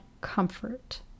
comfort